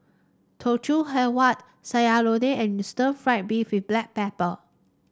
teochew huat what Sayur Lodeh and stir fry beef with Black Pepper